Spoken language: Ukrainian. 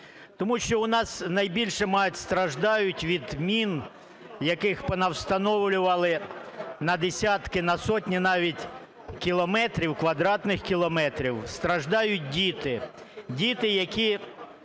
Тому що у нас найбільше, може, страждають від мін, яких понавстановлювали на десятки, на сотні навіть кілометрів, квадратних кілометрів, страждають діти, діти, які